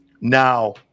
Now